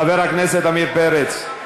חבר הכנסת עמיר פרץ,